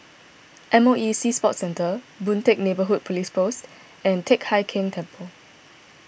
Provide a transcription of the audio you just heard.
M O E Sea Sports Centre Boon Teck Neighbourhood Police Post and Teck Hai Keng Temple